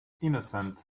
innocent